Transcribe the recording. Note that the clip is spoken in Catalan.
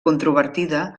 controvertida